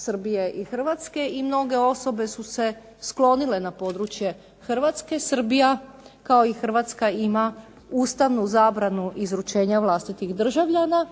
Srbije i Hrvatske i mnoge osobe su se sklonile na područje Hrvatske. Srbija kao i Hrvatska ima ustavnu zabranu izručenja vlastitih državljana.